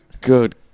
good